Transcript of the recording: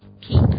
keep